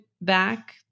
back